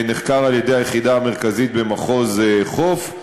שנחקר על-ידי היחידה המרכזית במחוז חוף.